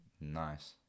Nice